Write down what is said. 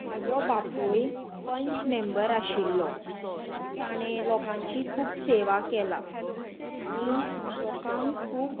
म्हजो बापूय पंच मँबर आशिल्लो ताणें लोकांची खूब सेवा केला आनी लोकांक खूब